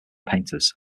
painters